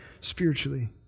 spiritually